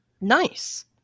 Nice